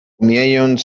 rumieniąc